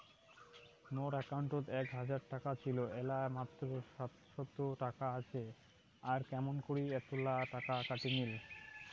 মোর একাউন্টত এক হাজার টাকা ছিল এলা মাত্র সাতশত টাকা আসে আর কেমন করি এতলা টাকা কাটি নিল?